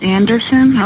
Anderson